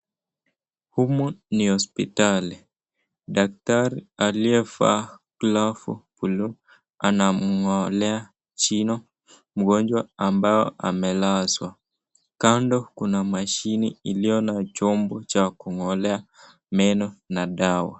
Humo ni hospitali. Daktari aliyevaa glavu buluu anamng'olea jino mgonjwa ambao amelazwa. Kando kuna mashini iliona chombo cha kung'olea meno na dawa.